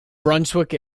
brunswick